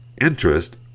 interest